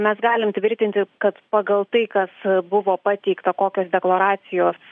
mes galim tvirtinti kad pagal tai kas buvo pateikta kokios deklaracijos